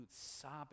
sobbing